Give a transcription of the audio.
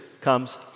comes